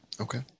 Okay